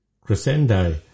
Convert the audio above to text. Crescendo